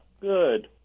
good